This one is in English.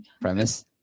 premise